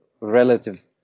relative